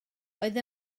oedd